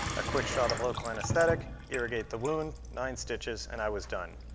a quick shot of local anesthetic, irrigate the wound, nine stitches, and i was done.